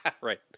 Right